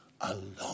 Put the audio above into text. Alone